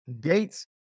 Gates